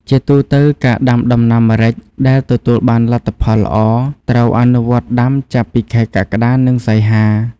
ជាទូទៅការដាំដំណាំម្រេចដែលទទួលបានលទ្ធផលល្អ ត្រូវអនុវត្តដាំចាប់ពីខែកក្កដា និងសីហា។